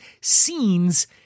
scenes